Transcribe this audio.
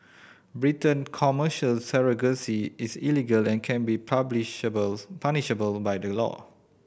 Britain Commercial surrogacy is illegal and can be punishable by law